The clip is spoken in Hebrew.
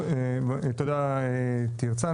תודה תרצה,